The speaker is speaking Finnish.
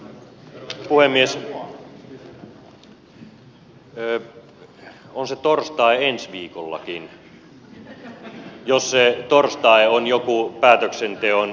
on se torstai ensi viikollakin jos se torstai on joku päätöksenteon päivä